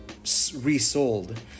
resold